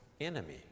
enemy